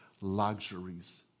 luxuries